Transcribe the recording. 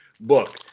book